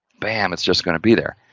bam, it's just going to be there.